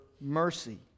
mercy